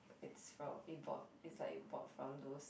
it's from it bought~ it's like bought from those